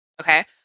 okay